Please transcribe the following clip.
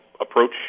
approach